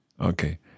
Okay